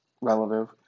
relative